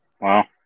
Wow